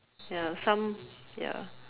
ya some ya